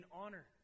honor